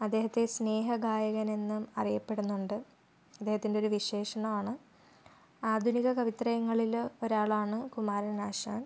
അദ്ദേഹത്തെ സ്നേഹഗായകൻ എന്നും അറിയപ്പെടുന്നുണ്ട് അദ്ദേഹത്തിൻ്റെ ഒരു വിശേഷണമാണ് ആധുനിക കവിത്രയങ്ങളിൽ ഒരാളാണ് കുമാരനാശാൻ